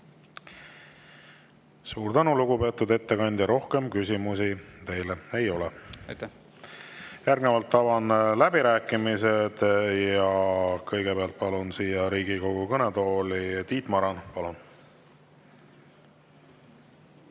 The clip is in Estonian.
Suur tänu, lugupeetud ettekandja! Rohkem küsimusi teile ei ole. Avan läbirääkimised ja kõigepealt palun Riigikogu kõnetooli Tiit Marani.